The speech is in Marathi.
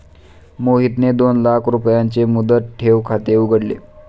मोहितने दोन लाख रुपयांचे मुदत ठेव खाते उघडले